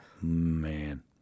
Man